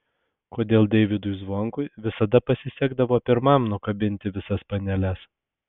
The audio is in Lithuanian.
kodėl deivydui zvonkui visada pasisekdavo pirmam nukabinti visas paneles